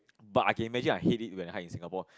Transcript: but I can imagine I hate it when I hike in Singapore